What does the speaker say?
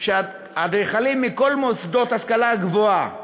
שהאדריכלים מכל מוסדות ההשכלה הגבוהה,